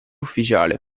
ufficiale